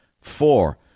Four